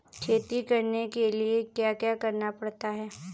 खेती करने के लिए क्या क्या करना पड़ता है?